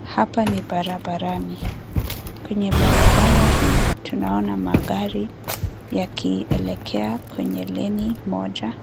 Hapa ni barabarani. Kwenye barabara hii tunaona magari yakielekea kwenye leni moja